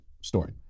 story